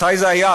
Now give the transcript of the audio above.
מתי זה היה?